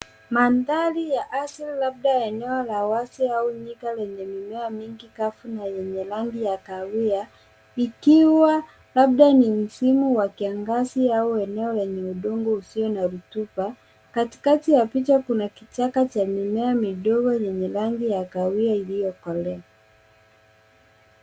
Mandhari ya asili labda eneo la wazi au nyika lenye mimea mingi kavu na yenye rangi ya kahawia, ikiwa labda ni msimu ya kiangazi au eneo lenye udongo usiyo na rotuba. Katikati ya picha, kuna kichaka cha mimea midogo yenye rangi ya kahawia iliyokolea.